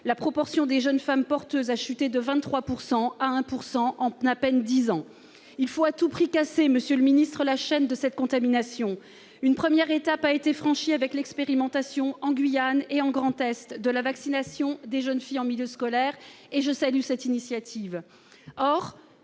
la proportion des jeunes femmes porteuses a chuté de 23 % à 1 % en à peine dix ans. Monsieur le secrétaire d'État, il faut à tout prix casser la chaîne de cette contamination. Une première étape a été franchie avec l'expérimentation, en Guyane et en Grand Est, de la vaccination des jeunes filles en milieu scolaire. Je salue cette initiative.